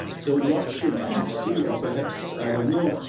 so what should art do? or perhaps, i don't know.